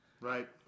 Right